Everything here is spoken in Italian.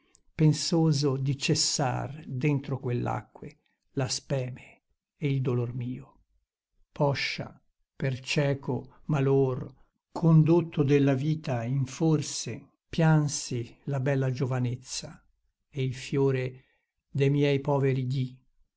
pensoso di cessar dentro quell'acque la speme e il dolor mio poscia per cieco malor condotto della vita in forse piansi la bella giovanezza e il fiore de miei poveri dì